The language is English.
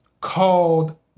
called